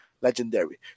Legendary